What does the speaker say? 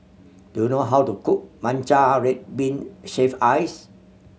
do you know how to cook matcha red bean shaved ice